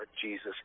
Jesus